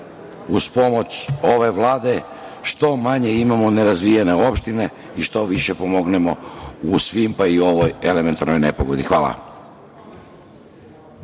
uz pomoć ove Vlade što manje imamo nerazvijene opštine i što više pomognemo u svim, pa i u ovoj elementarnoj nepogodi. Hvala.